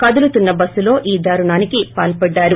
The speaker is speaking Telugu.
కదులుతున్న బస్సులో ఈ దారుణానికి పాల్సడ్లారు